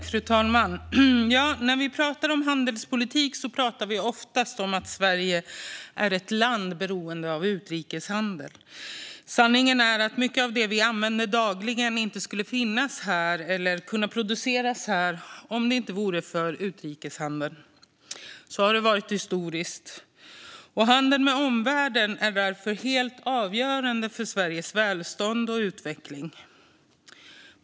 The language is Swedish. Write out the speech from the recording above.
Fru talman! När vi pratar om handelspolitik pratar vi oftast om att Sverige är ett land beroende av utrikeshandel. Sanningen är att mycket av det vi använder dagligen inte skulle finnas här eller kunna produceras här om det inte vore för utrikeshandeln. Så har det varit historiskt. Handeln med omvärlden är därför helt avgörande för Sveriges välstånd och utveckling.